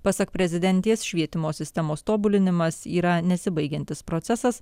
pasak prezidentės švietimo sistemos tobulinimas yra nesibaigiantis procesas